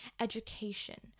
education